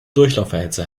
durchlauferhitzer